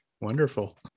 wonderful